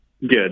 good